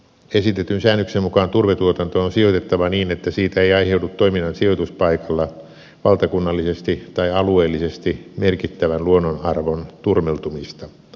esitetyn säännöksen mukaan turvetuotanto on sijoitettava niin että siitä ei aiheudu toiminnan sijoituspaikalla valtakunnallisesti tai alueellisesti merkittävän luonnonarvon turmeltumista